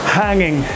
hanging